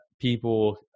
people